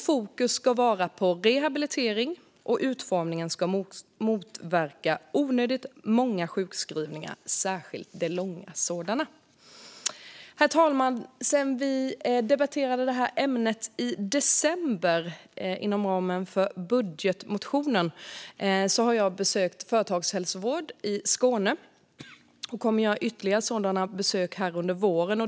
Fokus ska vara på rehabilitering, och utformningen ska motverka onödigt många sjukskrivningar, särskilt långa sådana. Herr talman! Sedan vi debatterade detta ämne i december inom ramen för budgeten har jag besökt företagshälsovård i Skåne - och jag kommer att göra ytterligare sådana besök under våren.